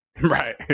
right